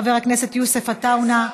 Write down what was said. חבר הכנסת יוסף עטאונה,